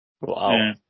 Wow